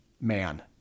man